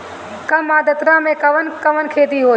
कम आद्रता में कवन कवन खेती होई?